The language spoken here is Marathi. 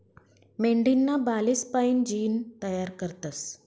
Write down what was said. मेंढीना बालेस्पाईन जीन तयार करतस